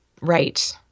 Right